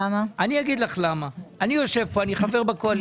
בדיונים בוועדה ביטלנו את העניין של חוק על